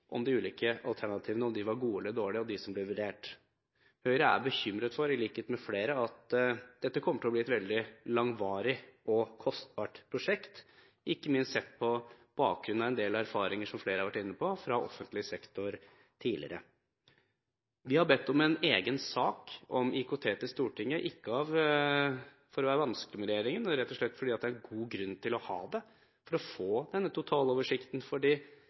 om de ulike alternativene som ble vurdert, var gode eller dårlige. Høyre er i likhet med flere bekymret for at dette kommer til å bli et veldig langvarig og kostbart prosjekt, ikke minst sett på bakgrunn av en del erfaringer som flere har vært inne på, fra offentlig sektor tidligere. Vi har bedt om en egen sak om IKT til Stortinget – ikke for å være vanskelig med regjeringen, men rett og slett fordi det er god grunn til å ha det for å få denne totaloversikten.